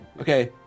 Okay